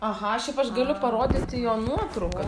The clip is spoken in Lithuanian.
aha šiaip aš galiu parodyti jo nuotrauką